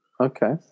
Okay